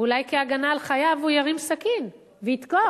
אולי כהגנה על חייו הוא ירים סכין וידקור?